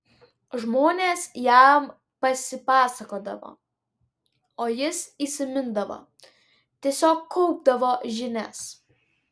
žmonės jam pasipasakodavo o jis įsimindavo tiesiog kaupdavo žinias